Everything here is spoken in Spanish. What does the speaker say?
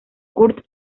kurt